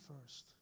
first